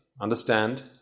understand